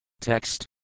text